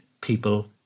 people